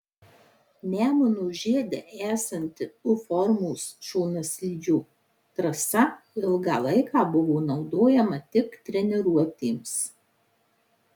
nemuno žiede esanti u formos šonaslydžio trasa ilgą laiką buvo naudojama tik treniruotėms